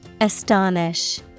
Astonish